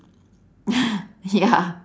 ya